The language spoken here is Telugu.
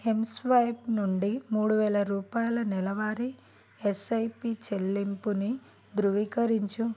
ఎంస్వైప్ నుండి మూడు వేళా రూపాయల నెలవారీ ఎస్ఐపి చెల్లింపుని ధృవీకరించు